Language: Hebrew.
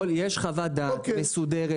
בנוסף להכל יש חוות דעת מסודרת,